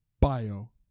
bio